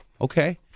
Okay